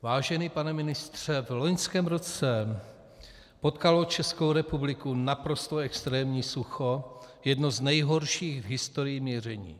Vážený pane ministře, v loňském roce potkalo Českou republiku naprosto extrémní sucho, jedno z nejhorších v historii měření.